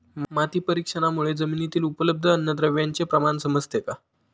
माती परीक्षणामुळे जमिनीतील उपलब्ध अन्नद्रव्यांचे प्रमाण समजते का?